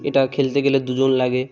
এটা খেলতে গেলে দুজন লাগে